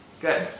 Good